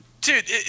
dude